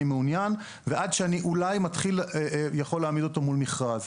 מעוניין ועד שאני אולי יכול להתחיל להעמיד אותו מול מכרז.